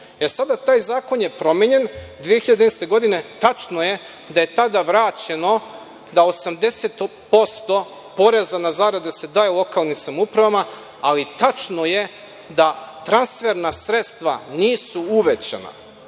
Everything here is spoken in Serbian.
Sada, taj zakon je promenjen 2011. godine. Tačno je da vraćeno da 80% poreza na zarade se daje lokalnim samoupravama, ali tačno je da transferna sredstva nisu uvećana